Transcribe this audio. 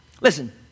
Listen